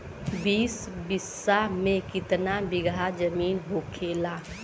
बीस बिस्सा में कितना बिघा जमीन होखेला?